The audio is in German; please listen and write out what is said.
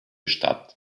statt